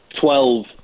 Twelve